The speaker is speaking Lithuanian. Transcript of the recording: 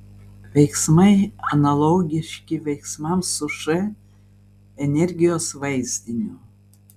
veiksmai analogiški veiksmams su š energijos vaizdiniu